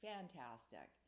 Fantastic